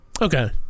okay